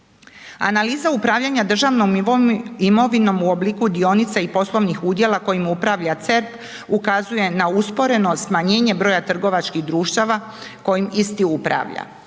Analiza upravljanja državnom imovinom u obliku dionica i poslovnih udjela kojim upravlja CERP ukazuje na usporeno smanjenje broja trgovačkih društava kojim isti upravlja.